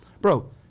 bro